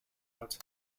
out